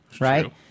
right